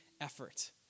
effort